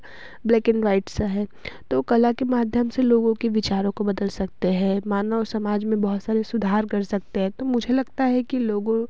black and white सा है तो कला के माध्यम से लोगों के विचारों को बदल सकते हैं मानव समाज में बहुत सारे सुधार कर सकते हैं तो मुझे लगता है कि लोगों